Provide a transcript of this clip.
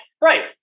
Right